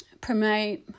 promote